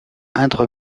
indre